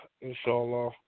Inshallah